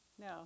No